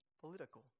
Political